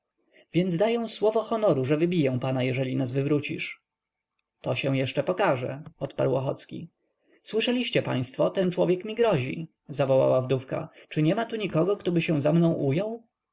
więc daję słowo honoru że wybiję pana jeżeli nas wywrócisz to się jeszcze pokaże odparł ochocki słyszeliście państwo ten człowiek mi grozi zawołała wdówka czy niema tu nikogo któryby się za mną ujął